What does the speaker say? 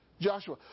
Joshua